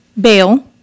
bail